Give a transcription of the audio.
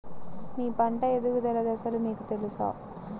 మీ పంట ఎదుగుదల దశలు మీకు తెలుసా?